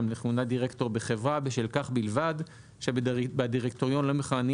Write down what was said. לכהונת דירקטור בחברה בשל כך בלבד שבדירקטוריון לא מכהנים